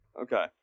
Okay